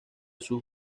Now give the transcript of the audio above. sus